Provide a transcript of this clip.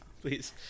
Please